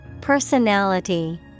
Personality